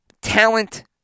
talent